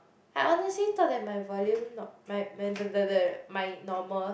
I honestly thought that my volume not my my normal